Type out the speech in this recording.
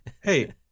hey